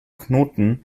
knoten